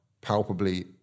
palpably